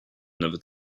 another